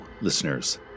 listeners